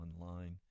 online